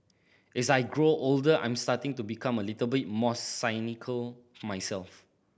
as I grow older I'm starting to become a little bit more cynical myself